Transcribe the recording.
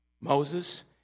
Moses